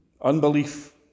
Unbelief